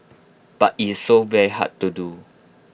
but is so very hard to do